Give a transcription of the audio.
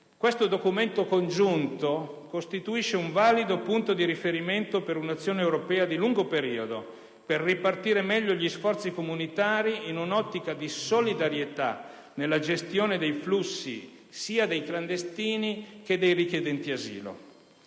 Questo documento congiunto costituisce un valido punto di riferimento per un'azione europea di lungo periodo, per ripartire meglio gli sforzi comunitari in un'ottica di solidarietà nella gestione dei flussi dei clandestini e dei richiedenti asilo.